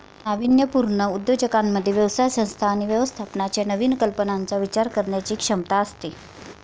नाविन्यपूर्ण उद्योजकांमध्ये व्यवसाय संस्था आणि व्यवस्थापनाच्या नवीन कल्पनांचा विचार करण्याची क्षमता असते